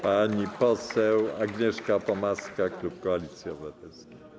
Pani poseł Agnieszka Pomaska, klub Koalicji Obywatelskiej.